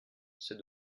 c’est